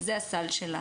זה הסל.